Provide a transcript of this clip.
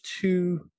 two